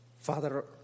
Father